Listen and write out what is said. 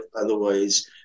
Otherwise